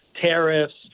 tariffs